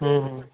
হুম হুম